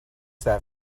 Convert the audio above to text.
that